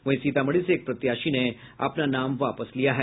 वहीं सीतामढ़ी से एक प्रत्याशी ने अपना नाम वापस लिया है